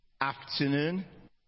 afternoon